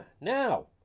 Now